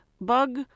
bug